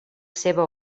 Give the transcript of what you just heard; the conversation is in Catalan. seva